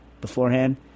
beforehand